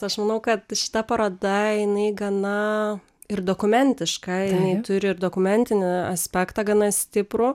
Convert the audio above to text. aš manau kad šita paroda jinai gana ir dokumentiška jinai turi ir dokumentinį aspektą gana stiprų